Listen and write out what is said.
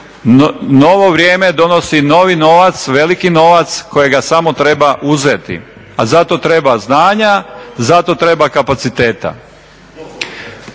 novo vrijeme donosi novi novac, veliki novac kojega samo treba uzeti, a zato treba znanja, zato treba kapaciteta.